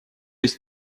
есть